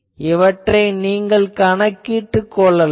இவற்றை நீங்கள் கணக்கிட்டுக் கொள்ளலாம்